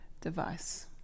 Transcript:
device